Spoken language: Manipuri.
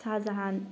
ꯁꯍꯥ ꯖꯍꯥꯟ